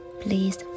please